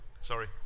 Sorry